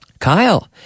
Kyle